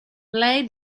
play